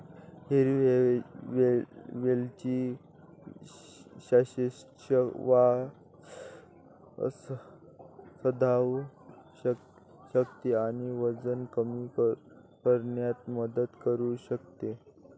हिरवी वेलची श्वासोच्छवास सुधारू शकते आणि वजन कमी करण्यास मदत करू शकते